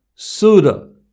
Suda